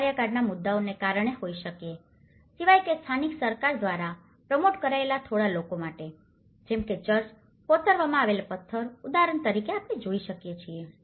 તે કાર્યકાળના મુદ્દાઓને કારણે હોઈ શકે છે સિવાય કે સ્થાનિક સરકાર દ્વારા પ્રમોટ કરાયેલા થોડા લોકો માટે જેમ કે ચર્ચ કોતરવામાં આવેલા પત્થર ઉદાહરણ તરીકે આપણે જોઈએ છીએ